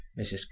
Mrs